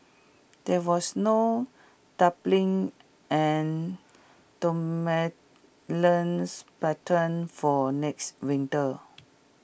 there was no and dominants pattern for next winter